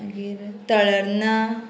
मागीर तळरना